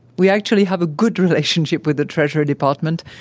we actually have a good relationship with the treasury department,